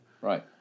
right